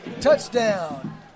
touchdown